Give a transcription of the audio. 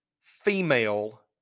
female